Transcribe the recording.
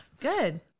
Good